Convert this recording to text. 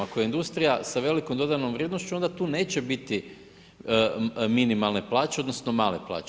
Ako je industrija sa velikom dodanom vrijednošću onda tu neće biti minimalne plaće, odnosno male plaće.